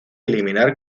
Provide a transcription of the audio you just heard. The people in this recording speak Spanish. eliminar